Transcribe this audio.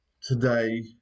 today